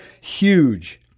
huge